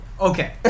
Okay